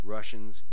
Russians